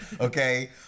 Okay